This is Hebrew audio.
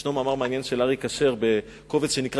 ישנו מאמר מעניין של אריה כשר בקובץ שנקרא